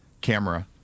camera